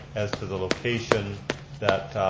as to the location that